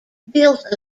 built